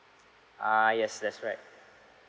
ah yes that's right